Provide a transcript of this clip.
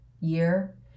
year